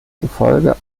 zufolge